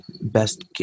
best